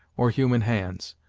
or human hands.